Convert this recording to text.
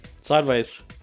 Sideways